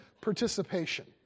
participation